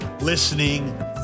listening